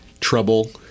Trouble